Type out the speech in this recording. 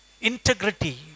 Integrity